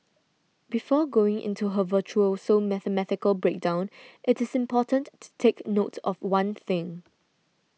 before going into her virtuoso mathematical breakdown it is important to take note of one thing